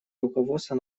руководство